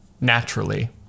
naturally